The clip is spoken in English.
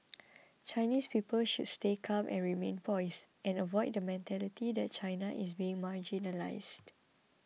Chinese people should stay calm and remain poised and avoid the mentality that China is being marginalised